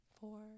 four